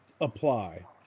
apply